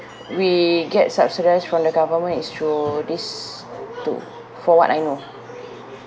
we get subsidised from the government is through this two for what I know